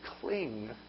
cling